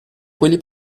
quelli